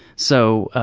so,